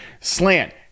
slant